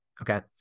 okay